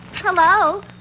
Hello